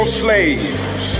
slaves